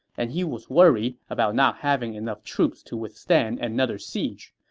and he was worried about not having enough troops to withstand another siege.